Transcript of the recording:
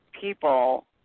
people